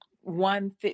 one